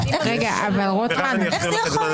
בבקשה.